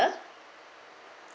the